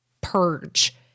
purge